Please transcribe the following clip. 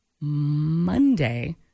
Monday